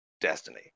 Destiny